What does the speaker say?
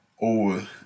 over